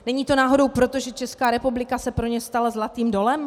Není to náhodou proto, že Česká republika se pro ně stala zlatým dolem?